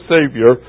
Savior